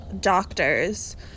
doctors